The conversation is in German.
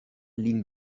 liegen